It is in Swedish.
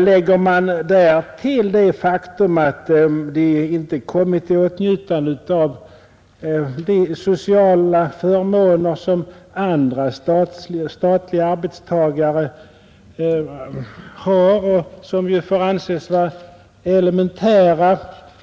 Lägger man därtill det faktum att de inte kommit i åtnjutande av de sociala förmåner som andra statliga arbetstagare har och som ju får anses vara elementära,